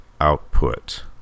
output